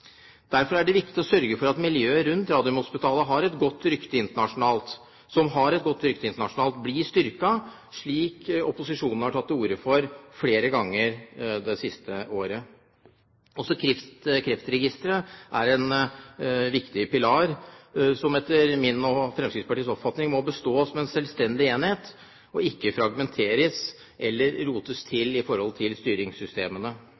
Derfor er det viktig å sørge for at miljøet rundt Radiumhospitalet, som har et godt rykte internasjonalt, blir styrket, slik opposisjonen har tatt til orde for flere ganger det siste året. Kreftregisteret er også en viktig pilar, som etter min og Fremskrittspartiets oppfatning må bestå som en selvstendig enhet, og ikke fragmenteres eller rotes